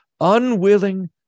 unwilling